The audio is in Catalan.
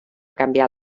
canviar